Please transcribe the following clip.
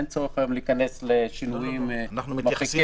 אין צורך להיכנס היום לשינויים מרחיקי